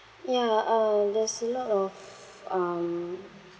ya uh there's a lot of um